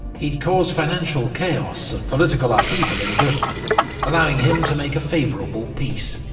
he'd cause financial chaos and political upheaval in britain allowing him to make a favourable peace.